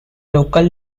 local